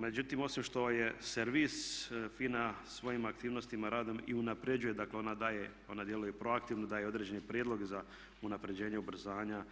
Međutim, osim što je servis FINA svojim aktivnostima, radom i unapređuje, dakle ona djeluje, ona djeluje proaktivno, daje određene prijedloge za unapređenje ubrzanja